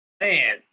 man